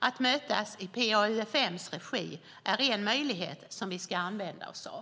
Att mötas i PA-UfM:s regi är en möjlighet vi ska använda oss av.